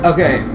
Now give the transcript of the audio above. Okay